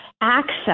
access